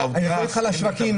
אני מדבר איתך על השווקים.